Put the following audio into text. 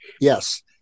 Yes